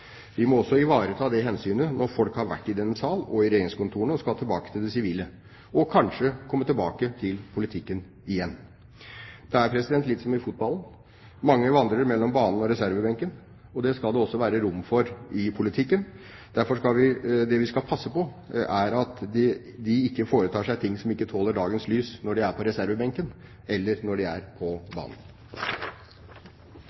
Vi må også ivareta det hensynet at folk har vært i denne sal og i regjeringskontorene og skal tilbake til det sivile – og kanskje komme tilbake til politikken igjen. Det er litt som i fotballen – mange vandrer mellom banen og reservebenken. Det skal det også være rom for i politikken. Derfor er det vi skal passe på at de ikke foretar seg ting som ikke tåler dagens lys, når de er på reservebenken eller når de er på